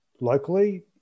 locally